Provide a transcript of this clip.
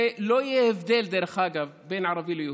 ודרך אגב, לא יהיה הבדל בין ערבי ליהודי.